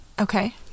Okay